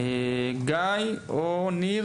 עו"ד ניר